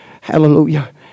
hallelujah